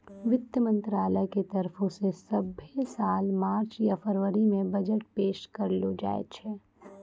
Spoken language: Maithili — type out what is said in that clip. वित्त मंत्रालय के तरफो से सभ्भे साल मार्च या फरवरी मे बजट पेश करलो जाय छै